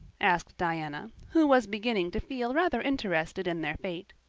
asked diana, who was beginning to feel rather interested in their fate.